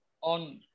on